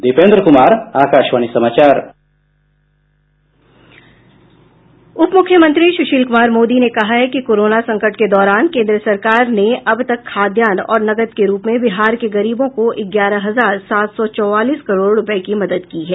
दीपेंद्र कुमार आकाशवाणी समाचार उप मुख्यमंत्री सुशील कुमार मोदी ने कहा है कि कोरोना संकट के दौरान केंद्र सरकार ने अब तक खाद्यान्न और नकद के रूप में बिहार के गरीबों को ग्यारह हजार सात सौ चौवालीस करोड़ रूपये की मदद की है